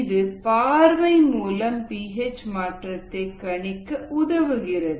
இது பார்வை மூலம் பி ஹெச் மாற்றத்தை கணிக்க உதவுகிறது